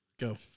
go